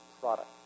product